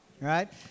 right